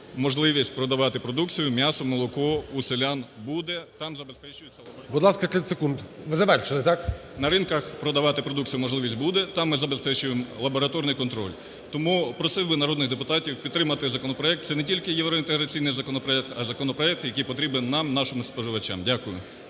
На ринках продавати продукцію можливість буде, там ми забезпечуємо лабораторний контроль. Тому просив би депутатів підтримати законопроект. Це не тільки євроінтеграційний законопроект, а законопроект, який потрібен нам, нашим споживачам. Дякую.